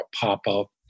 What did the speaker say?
pop-up